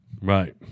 Right